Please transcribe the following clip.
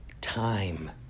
time